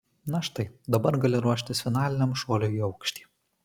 na štai dabar gali ruoštis finaliniam šuoliui į aukštį